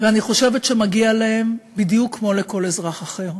ואני חושבת שמגיע להם בדיוק כמו לכל אזרח אחר,